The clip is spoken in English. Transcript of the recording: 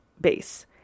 base